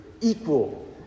equal